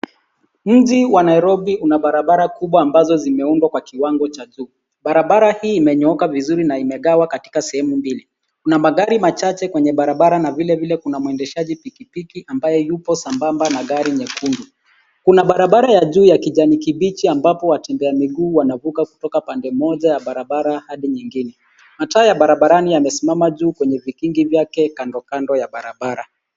Mji wa Nairobi una barabara kubwa ambazo zimeundwa kwa kiwango cha juu. Barabara hii imenyooka vizuri na imegawa katika sehemu mbili. Kuna magari machache kwenye barabara na vilevile kuna mwendeshaji pikipiki ambaye yupo sambamba na gari nyekundu. Kuna barabara ya juu ya kijani kibichi ambapo watembea miguu wanavuka kutoka upande mmoja wa barabara hadi mwingine. Mataa ya barabara yamesimama juu kwenye vikingi vyake kando kando ya barabara.